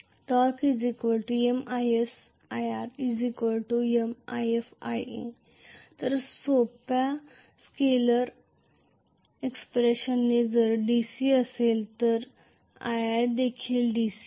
torque M is ir M if ia तर सोपा scalar expression जर DC असेल तर आयए देखील DC आहे